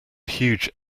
huge